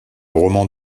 roman